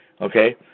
Okay